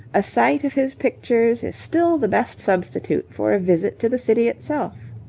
a sight of his pictures is still the best substitute for a visit to the city itself.